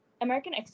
American